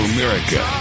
America